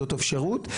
זאת אפשרות.